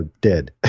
dead